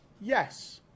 yes